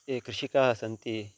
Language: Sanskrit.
ये कृषिकाः सन्ति